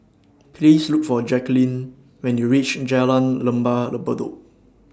Please Look For Jacquline when YOU REACH Jalan Lembah Bedok